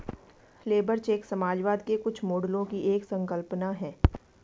labour चेक समाजवाद के कुछ मॉडलों की एक संकल्पना है